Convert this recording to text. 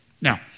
Now